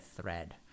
thread